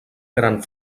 gran